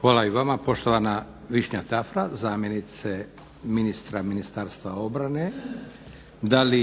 Hvala i vama poštovana Višnja Tafra, zamjenice ministra Ministarstva obrane. Da li